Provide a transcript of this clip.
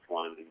one